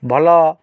ଭଲ